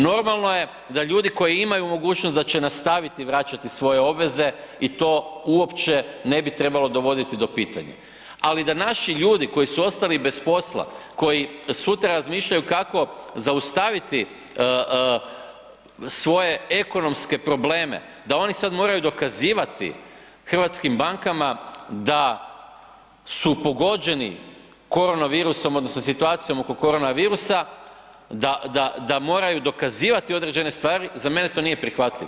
Normalno je da ljudi koji imaju mogućnost da će nastaviti vraćati svoje obveze i to uopće ne bi trebalo dovoditi do pitanja, ali da naši ljudi koji su ostali bez posla, koji sutra razmišljaju kako zaustaviti svoje ekonomske probleme, da oni sad moraju dokazivati hrvatskim bankama da su pogođeni korona virusom odnosno situacijom oko korona virusa, da moraju dokazivati određene stvari, za mene to nije prihvatljivo.